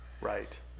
Right